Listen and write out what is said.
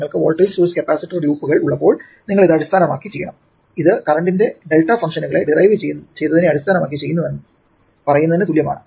നിങ്ങൾക്ക് voltage source capacitor ലൂപ്പുകൾ ഉള്ളപ്പോൾ നിങ്ങൾ ഇത് അടിസ്ഥാനമാക്കി ചെയ്യണം ഇത് കറന്റിന്റെ ഡെൽറ്റ ഫംഗ്ഷനുകളെ ഡിറൈവ് ചെയ്തതിനെ അടിസ്ഥാനമാക്കി ചെയ്യുന്നുവെന്ന് പറയുന്നതിന് തുല്യമാണ്